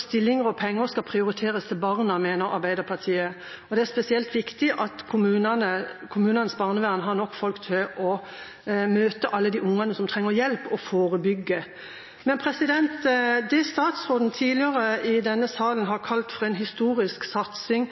Stillinger og penger skal prioriteres til barna, mener Arbeiderpartiet. Det er spesielt viktig at kommunenes barnevern har nok folk til å møte alle de ungene som trenger hjelp, og forebygge. Statsråden har tidligere i denne salen kalt dette for en historisk satsing